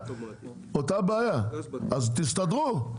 אז תסדרו.